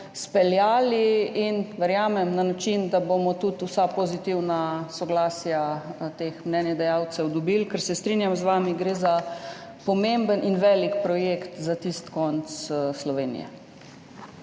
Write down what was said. izpeljali, verjamem, da na način, da bomo dobili tudi vsa pozitivna soglasja teh mnenjedajalcev, ker se strinjam z vami, gre za pomemben in velik projekt za tisti konec Slovenije.